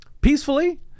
Peacefully